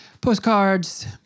postcards